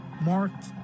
marked